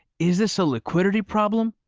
is this a liquidity problem,